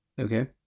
Okay